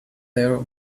there